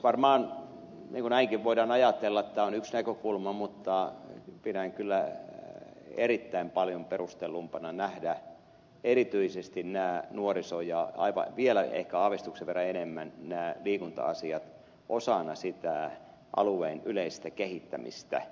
varmaan näinkin voidaan ajatella tämä on yksi näkökulma mutta pidän kyllä erittäin paljon perustellumpana nähdä erityisesti nuorisoasiat ja vielä ehkä aavistuksen verran enemmän liikunta asiat osana sitä alueen yleistä kehittämistä